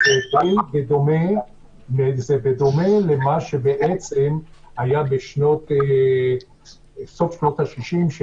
זה בדומה למה שבעצם היה בסוף שנות השישים,